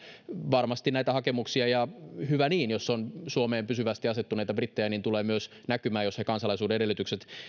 varmasti näitä hakemuksia ja hyvä niin jos on suomeen pysyvästi asettuneita brittejä tulee myös näkymään jos he kansalaisuuden edellytykset